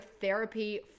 therapy